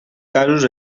casos